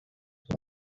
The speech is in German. ist